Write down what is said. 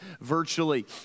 virtually